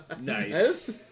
Nice